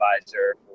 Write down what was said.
advisor